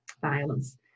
violence